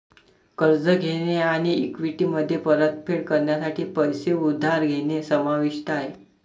कर्ज घेणे आणि इक्विटीमध्ये परतफेड करण्यासाठी पैसे उधार घेणे समाविष्ट आहे